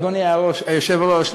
אדוני היושב-ראש,